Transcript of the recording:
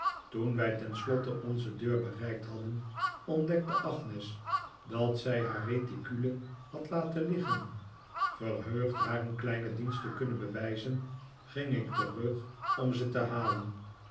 toen wij tenslotte onze deur bereikt hadden ontdekte agnes dat zij haar reticule had laten liggen verheugd haar s een kleinen dienst te kunnen bewijzen ging ik terug om ze te halen